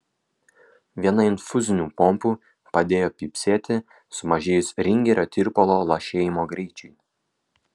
viena infuzinių pompų padėjo pypsėti sumažėjus ringerio tirpalo lašėjimo greičiui